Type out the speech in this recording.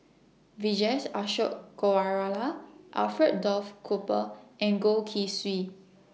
Vijesh Ashok Ghariwala Alfred Duff Cooper and Goh Keng Swee